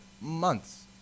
months